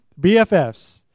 BFFs